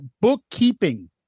bookkeeping